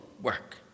work